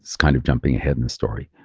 kind of jumping ahead in the story,